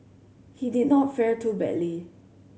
he did not fare too badly